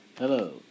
Hello